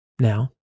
Now